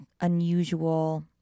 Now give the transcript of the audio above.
unusual